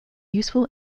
useful